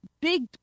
big